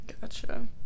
Gotcha